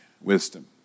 wisdom